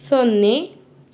ಸೊನ್ನೆ